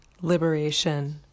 liberation